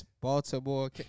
Baltimore